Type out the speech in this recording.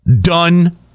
Done